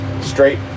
straight